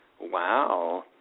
Wow